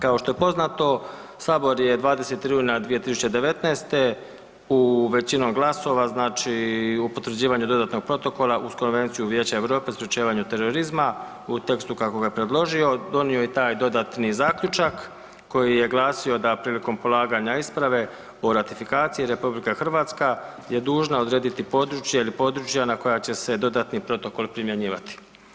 Kao što je poznato, 20. rujna 2019. većinom glasova, znači o potvrđivanju dodatnog protokola uz Konvenciju Vijeća Europe o sprječavanju terorizma, u tekstu kako ga je predložio, donio je taj dodatni zaključak koji je glasio da prilikom polaganja isprave o ratifikaciji, RH je dužna odrediti područje ili područja na koje će se dodatni protokol primjenjivati.